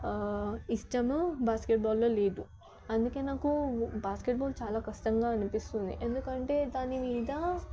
ఇష్టము బాస్కెట్బాల్లో లేదు అందుకునాకు బాస్కెట్బాల్ చాలా కష్టంగా అనిపిస్తుంది ఎందుకంటే దాని మీద